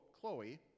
Chloe